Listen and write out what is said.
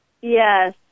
Yes